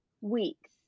weeks